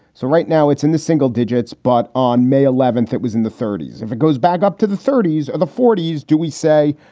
so right now, it's in the single digits. but on may eleventh, it was in the thirty s. if it goes back up to the thirty s or the forty s, do we say,